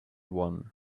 one